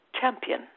champion